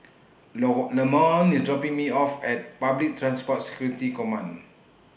Lamont IS dropping Me off At Public Transport Security Command